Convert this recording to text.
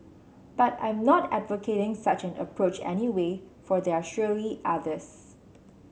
but I am not advocating such an approach anyway for there are surely others